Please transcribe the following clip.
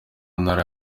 ntara